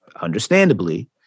understandably